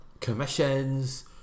Commissions